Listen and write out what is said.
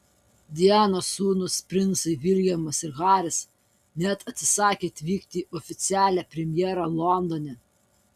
dianos sūnūs princai viljamas ir haris net atsisakė atvykti į oficialią premjerą londone